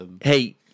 hey